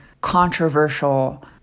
controversial